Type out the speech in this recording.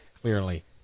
Clearly